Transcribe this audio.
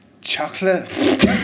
Chocolate